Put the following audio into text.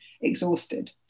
exhausted